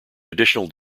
addition